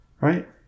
Right